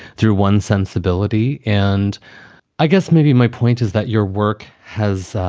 through one sensibility and i guess maybe my point is that your work has,